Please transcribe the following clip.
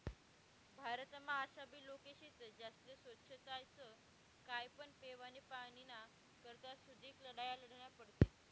भारतमा आशाबी लोके शेतस ज्यास्ले सोच्छताच काय पण पेवानी पाणीना करता सुदीक लढाया लढन्या पडतीस